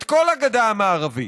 את כל הגדה המערבית.